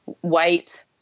white